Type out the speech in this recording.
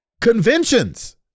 conventions